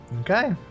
Okay